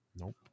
Nope